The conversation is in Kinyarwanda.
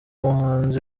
muhanzi